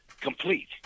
complete